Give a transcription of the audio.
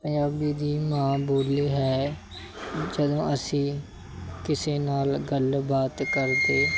ਪੰਜਾਬੀ ਦੀ ਮਾਂ ਬੋਲੀ ਹੈ ਜਦੋਂ ਅਸੀਂ ਕਿਸੇ ਨਾਲ ਗੱਲਬਾਤ ਕਰਦੇ